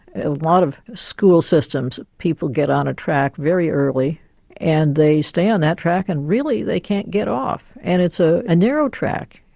a lot of school systems people get on a track very early and they stay on that track and really they can't get off, and it's ah a narrow track.